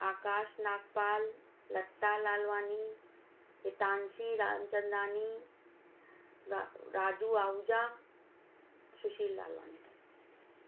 आकाश नागपाल लता लालवानी हितांशी रामचंदानी व राजू आहूजा सुशील नागवानी